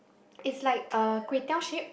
it's like uh kway-teow shaped